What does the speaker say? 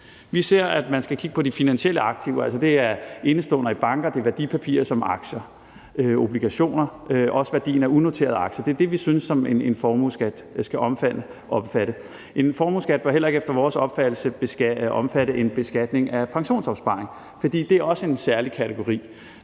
Vi mener, at man skal kigge på de finansielle aktiver. Det er indestående i banker, værdipapirer som aktier og obligationer og også værdien af unoterede aktier. Det er det, vi synes en formueskat skal omfatte. En formueskat bør heller ikke efter vores opfattelse omfatte en beskatning af pensionsopsparing, for det er også en særlig kategori.